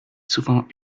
souvent